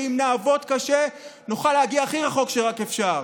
שאם נעבוד קשה נוכל להגיע הכי רחוק שרק אפשר.